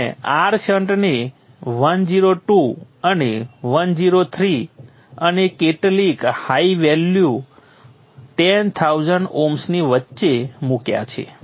મેં R શન્ટને 102 અને 103 અને કેટલીક હાઇ વેલ્યુ 10000 ઓહ્મની વચ્ચે મૂક્યા છે